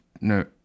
No